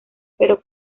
pero